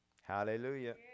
Hallelujah